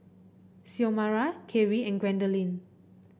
Xiomara Keri and Gwendolyn